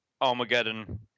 Armageddon